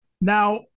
Now